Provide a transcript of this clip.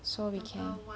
so we can